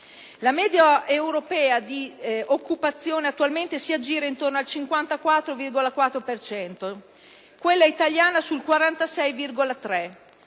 La media europea di occupazione attualmente si aggira intorno al 54,4 per cento, mentre quella italiana sul 46,3: